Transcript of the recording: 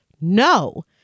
No